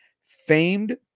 Famed